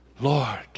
Lord